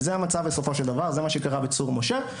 וזה הצב בסופו של דבר, זה מה שקרה בצור משה.